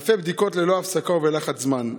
אלפי בדיקות ללא הפסקה ובלחץ זמן.